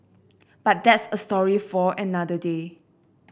but that's a story for another day